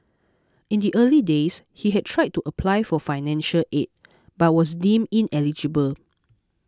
in the early days he had tried to apply for financial aid but was deemed ineligible